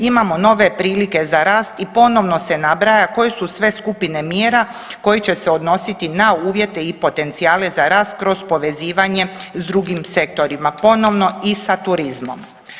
Imamo nove prilike za rast i ponovno se nabraja koje su sve skupine mjera koji će se odnositi na uvjete i potencijale za rast kroz povezivanje s drugim sektorima ponovno i sa turizmom.